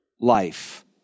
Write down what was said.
life